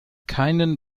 keinen